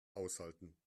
aushalten